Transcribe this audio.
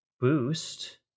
boost